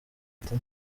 ati